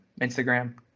Instagram